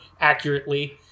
accurately